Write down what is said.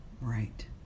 right